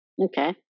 Okay